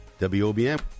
wobm